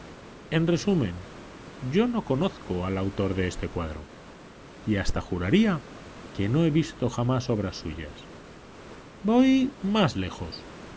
en resumen yo no conozco al autor de este cuadro y hasta juraría que no he visto jamás obras suyas voy más lejos